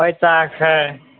ꯍꯣꯏ ꯆꯥꯔꯁꯦ